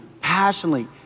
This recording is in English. passionately